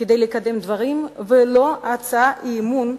כדי לקדם דברים, ולא הצעת אי-אמון,